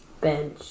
bench